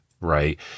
Right